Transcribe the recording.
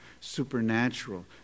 supernatural